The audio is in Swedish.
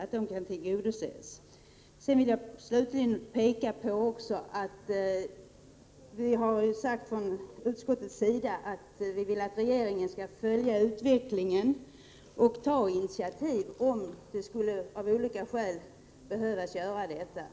Slutligen vill jag påminna om att utskottet har skrivit att regeringen bör följa utvecklingen och ta initiativ, om det av olika skäl skulle vara nödvändigt.